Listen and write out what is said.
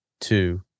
two